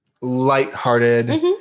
lighthearted